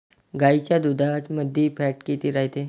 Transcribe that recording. गाईच्या दुधामंदी फॅट किती रायते?